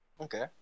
Okay